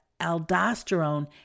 aldosterone